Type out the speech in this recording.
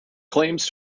claims